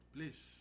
Please